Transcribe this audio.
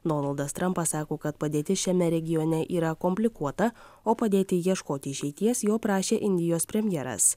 donaldas trampas sako kad padėtis šiame regione yra komplikuota o padėti ieškoti išeities jo prašė indijos premjeras